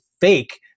fake